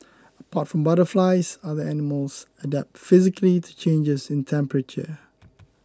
apart from butterflies other animals adapt physically to changes in temperature